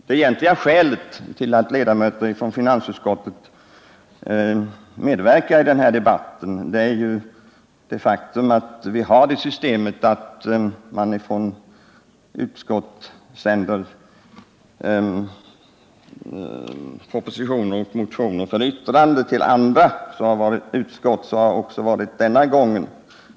Det egentliga skälet till att ledamöter från finansutskottet medverkar i denna debatt är ju det faktum att vi har det systemet att utskott sänder propositioner och motioner till andra utskott för yttrande. Så har skett också denna gång.